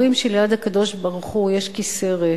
אומרים שליד הקדוש-ברוך-הוא יש כיסא ריק,